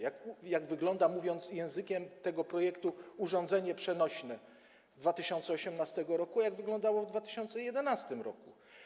Jak wygląda, mówiąc językiem tego projektu, urządzenie przenośne w 2018 r., a jak wyglądało w 2011 r.